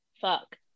Fuck